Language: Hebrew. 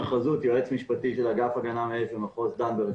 מחוז דן.